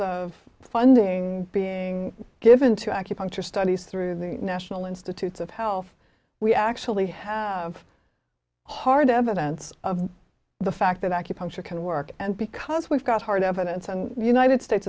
of funding being given to acupuncture studies through the national institutes of health we actually have hard evidence of the fact that acupuncture can work and because we've got hard evidence on the united states